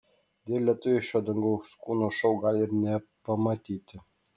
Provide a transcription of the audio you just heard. deja lietuviai šio dangaus kūnų šou gali ir nepamatyti